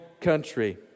country